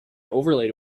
overlay